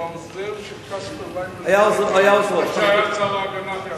והוא היה העוזר של קספר ויינברגר, כשהיה שר ההגנה.